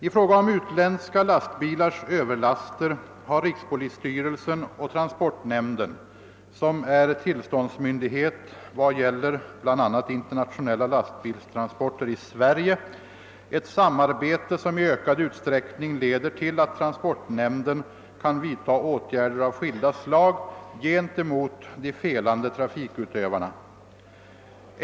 I fråga om utländska lastbilars överlaster har rikspolisstyrelsen och transportnämnden, som är tillståndsmyndig het vad gäller bl.a. internationella lastbilstransporter i Sverige, ett samarbete som i ökad utsträckning leder till att transportnämnden kan vidta åtgärder av skilda slag gentemot de felande trafikutövarna.